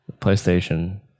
PlayStation